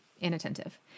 inattentive